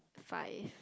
five